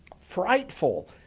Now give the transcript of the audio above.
frightful